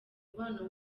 mubano